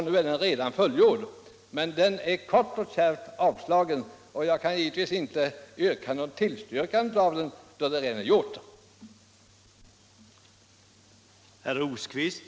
Nu är den redan fullgjord.” Men motionen är kort och kärvt avstyrkt, och jag kan givetvis inte tillstyrka den, då den redan är avgjord.